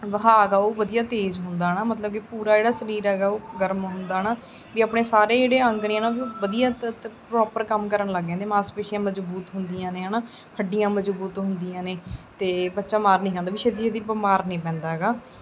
ਵਹਾਅ ਹੈਗਾ ਉਹ ਵਧੀਆ ਤੇਜ਼ ਹੁੰਦਾ ਨਾ ਮਤਲਬ ਕੇ ਪੂਰਾ ਜਿਹੜਾ ਸਰੀਰ ਹੈਗਾ ਉਹ ਗਰਮ ਹੁੰਦਾ ਨਾ ਵੀ ਆਪਣੇ ਸਾਰੇ ਜਿਹੜੇ ਅੰਗ ਨੇ ਹੈ ਨਾ ਵੀ ਉਹ ਵਧੀਆ ਪ੍ਰੋਪਰ ਕੰਮ ਕਰਨ ਲੱਗ ਜਾਂਦੇ ਮਾਸਪੇਸ਼ੀਆਂ ਮਜ਼ਬੂਤ ਹੁੰਦੀਆਂ ਨੇ ਹੈ ਨਾ ਹੱਡੀਆਂ ਮਜ਼ਬੂਤ ਹੁੰਦੀਆਂ ਨੇ ਅਤੇ ਬੱਚਾ ਮਾਰ ਨਹੀਂ ਖਾਂਦਾ ਵੀ ਛੇਤੀ ਛੇਤੀ ਬਿਮਾਰ ਨਹੀਂ ਪੈਂਦਾ ਹੈਗਾ